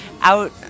out